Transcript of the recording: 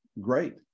great